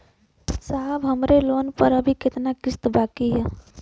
साहब हमरे लोन पर अभी कितना किस्त बाकी ह?